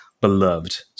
beloved